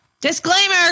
Disclaimer